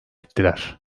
ettiler